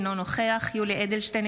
אינו נוכח יולי יואל אדלשטיין,